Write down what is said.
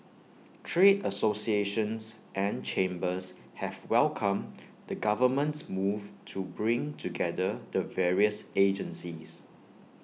trade associations and chambers have welcomed the government's move to bring together the various agencies